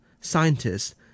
scientists